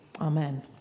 amen